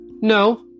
No